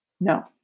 No